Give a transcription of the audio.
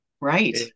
Right